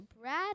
Brad